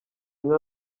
nka